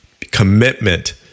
commitment